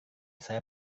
saya